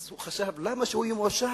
אז הוא חשב: למה שהוא יהיה מאושר?